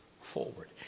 forward